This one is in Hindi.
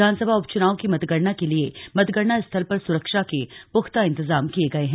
विधानसभा उपच्नाव की मतगणना के लिए मतगणना स्थल पर सुरक्षा के पूख्ता इंतजाम किये गये हैं